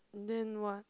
and then what